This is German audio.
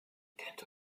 könnte